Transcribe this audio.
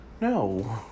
No